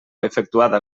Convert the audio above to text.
efectuada